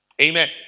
amen